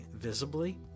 visibly